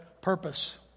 purpose